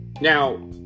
Now